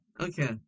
Okay